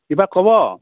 কিবা ক'ব